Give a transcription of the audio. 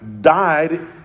died